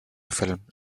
film